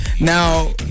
Now